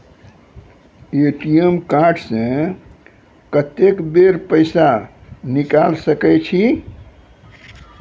ATM card से कत्तेक बेर पैसा निकाल सके छी?